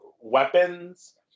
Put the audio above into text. weapons